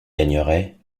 gagnerait